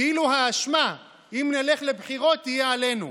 כאילו האשמה אם נלך לבחירות תהיה עלינו.